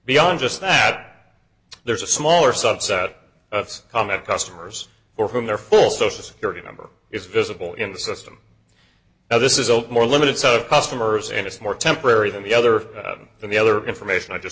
beyond just that there's a smaller subset of combat customers for whom their full social security number is visible in the system now this is old more limited so customers and it's more temporary than the other and the other information i just